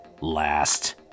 last